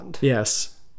yes